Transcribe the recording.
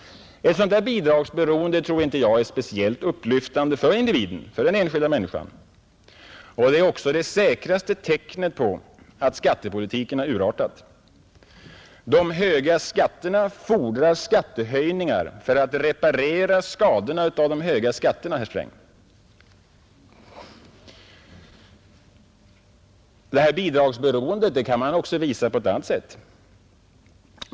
Ett sådant bidragsberoende är inte upplyftande för den enskilde. Det är också det säkraste tecknet på att skattepolitiken urartat. De höga skatterna fordrar skattehöjningar för att reparera skadorna av de höga skatterna, herr Sträng. Bidragsberoendet kan också visas på ett annat sätt.